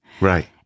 Right